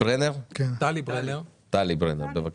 יבואני הרכב בבקשה.